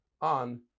on